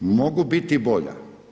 Mogu biti bolja.